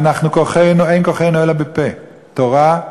אין כוחנו אלא בפה: תורה,